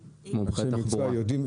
שיינין.